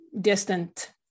distant